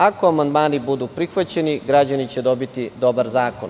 Ako amandmani budu prihvaćeni, građani će dobiti dobar zakon.